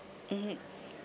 mmhmm